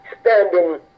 standing